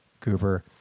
Cooper